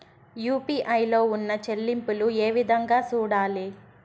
UPI లో ఉన్న చెల్లింపులు ఏ విధంగా సూడాలి